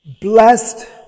blessed